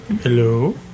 Hello